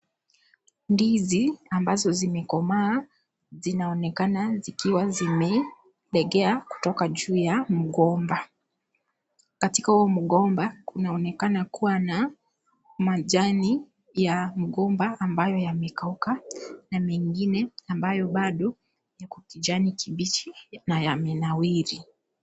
Ndizi ambazo zimekomaa, zinaonekana zikiwa zimelegea kutoka juu ya mgomba. Katika huo mgomba, kunaonekana kuwa na majani ya mgomba ambayo yamekauka na mengine ambayo bado yako kijani kibichi na yamenawiri.